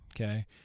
okay